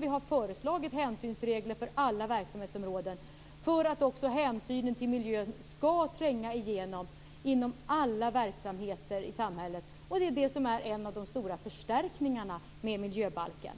Vi har föreslagit hänsynsregler för alla verksamhetsområden för att också hänsynen till miljön skall tränga igenom inom alla verksamheter i samhället. Det är en av de stora förstärkningarna med miljöbalken.